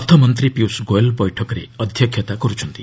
ଅର୍ଥମନ୍ତ୍ରୀ ପିୟୁଷ୍ ଗୋୟଲ୍ ବୈଠକରେ ଅଧ୍ୟକ୍ଷତା କରୁଛନ୍ତି